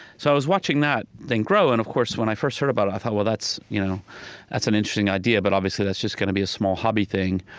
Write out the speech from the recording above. so i was watching that thing grow. and of course, when i first heard about it, i thought, well, that's you know that's an interesting idea, but obviously that's just going to be a small hobby thing.